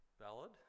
valid